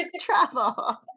travel